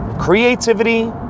Creativity